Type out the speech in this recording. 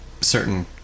certain